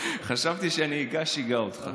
חשבתי שהנהיגה שיגעה אותך.